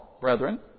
brethren